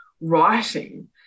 writing